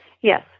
Yes